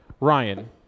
Ryan